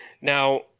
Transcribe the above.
now